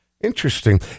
Interesting